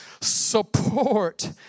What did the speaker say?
support